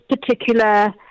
particular